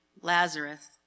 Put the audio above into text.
Lazarus